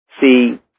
See